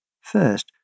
First